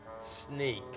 sneak